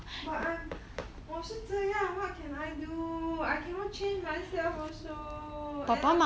but I'm 我是这样 what can I do I cannot change myself also